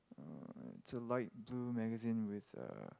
uh it's a light blue magazine with uh